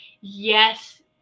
Yes